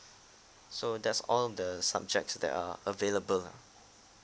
so that's all the subjects that are available